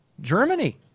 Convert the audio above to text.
Germany